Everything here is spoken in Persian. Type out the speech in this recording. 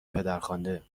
پدرخوانده